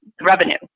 revenue